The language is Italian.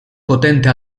potente